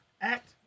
act